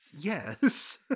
Yes